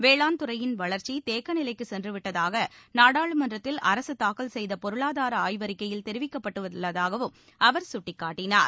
வேளாண் துறையின் வளர்ச்சி தேக்கநிலைக்குச் சென்று விட்டதாக நாடாளுமன்றத்தில் அரசு தாக்கல் செய்த பொருளாதார ஆய்வறிக்கையில் தெரிவிக்கப்பட்டுள்ளதாகவும் அவர் சுட்டிக்காட்டினார்